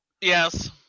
Yes